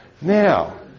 Now